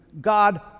God